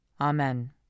Amen